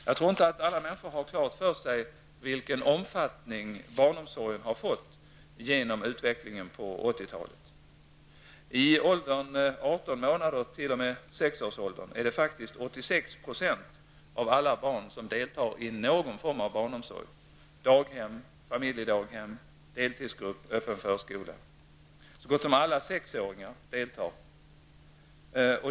Jag tror inte att alla människor har klart för sig vilken omfattning barnomsorgen har fått genom utvecklingen på 80-talet. I åldern 18 månader och upp till sex år deltar faktiskt 86 % av alla barn i någon form av barnomsorg -- daghem, familjedaghem, deltidsgrupp eller öppen förskola. Så gott som alla sexåringar deltar.